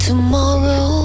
Tomorrow